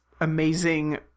amazing